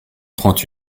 trente